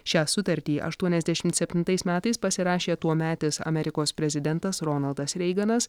šią sutartį aštuoniasdešimt septintais metais pasirašė tuometis amerikos prezidentas ronaldas reiganas